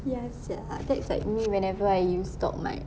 ya sia that's like me whenever I use doc mart